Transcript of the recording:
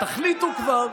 תחליטו כבר.